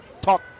talk